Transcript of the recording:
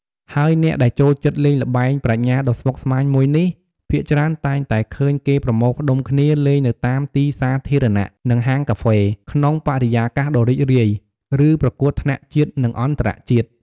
ហើយអ្នកដែលចូលចិត្តលេងល្បែងប្រាជ្ញាដ៏ស្មុគស្មាញមួយនេះ ភាគច្រើនតែងតែឃើញគេប្រមូលផ្តុំគ្នាលេងនៅតាមទីសាធារណៈ និងហាងកាហ្វេ ក្នុងបរិយាកាសដ៏រីករាយ ឬប្រកួតថ្នាក់ជាតិនិងអន្តរជាតិ។